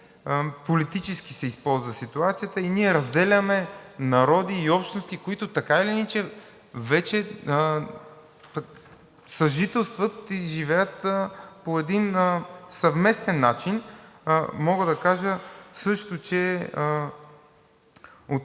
ситуацията се използва политически, ние разделяме народи и общности, които така или иначе вече съжителстват и живеят по един съвместен начин. Мога да кажа също, че